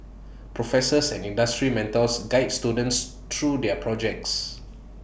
professors and industry mentors guide students through their projects